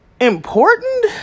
important